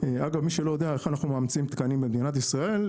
אגב מי שלא יודע איך אנחנו מאמצים תקנים במדינת ישראל,